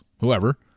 whoever